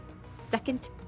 second